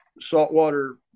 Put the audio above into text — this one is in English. saltwater